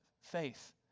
faith